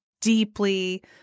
deeply